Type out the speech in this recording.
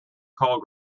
call